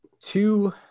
two